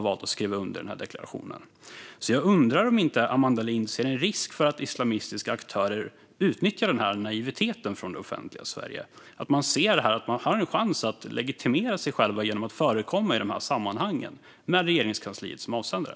Jag undrar därför om Amanda Lind inte ser en risk för att islamistiska aktörer utnyttjar denna naivitet från det offentliga Sverige - att man här ser att man har en chans att legitimera sig själva genom att förekomma i dessa sammanhang med Regeringskansliet som avsändare.